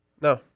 No